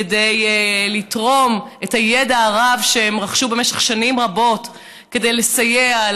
כדי לתרום מהידע הרב שהם רכשו במשך שנים רבות כדי לסייע,